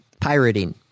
pirating